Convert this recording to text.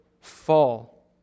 fall